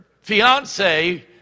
fiance